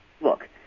Look